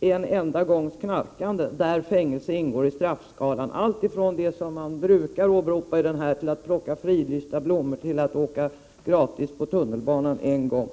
en enda gångs knarkande där fängelse ingår i straffskalan, alltifrån det som man brukar åberopa, att plocka fridlysta blommor eller åka gratis på tunnelbanan en gång.